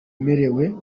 bemerewe